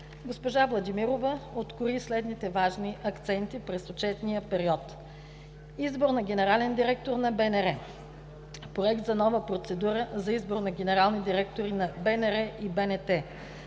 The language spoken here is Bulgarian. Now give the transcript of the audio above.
Госпожа София Владимирова открои следните важни акценти през отчетния период: - избор на генерален директор на БНР; - проект за нова процедура за избор на генерални директори на БНР и БНТ;